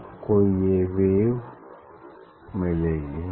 आपको ये वेव मिलेगी